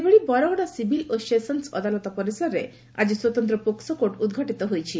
ସେହିଭଳି ବରଗଡ଼ ସିଭିଲ୍ ଓ ସେସନ୍ ଅଦାଲତ ପରିସରରେ ଆଜି ସ୍ୱତନ୍ତ ପୋକ୍ସୋ କୋର୍ଟ ଉଦ୍ଘାଟିତ ହୋଇଛି